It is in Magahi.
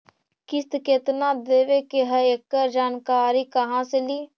किस्त केत्ना देबे के है एकड़ जानकारी कहा से ली?